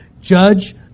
judge